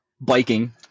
biking